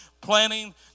planning